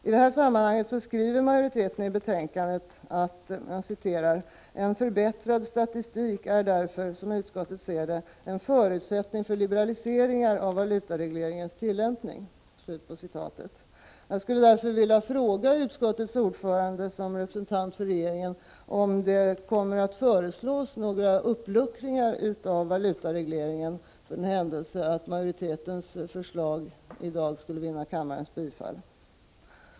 I detta sammanhang skriver utskottsmajoriteten i betänkandet: ”En förbättrad statistik är därför, som utskottet ser det, en förutsättning för liberaliseringar av valutaregleringens tillämpning.” Jag vill därför fråga utskottets ordförande som representant för regeringen om det kommer att föreslås några uppluckringar av valutaregleringen för den händelse att majoritetens förslag i dag skulle vinna kammarens bifall.